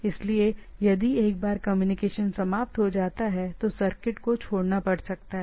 इसलिए यदि एक बार कम्युनिकेशन समाप्त हो जाता है तो सर्किट को छोड़ना पड़ सकता है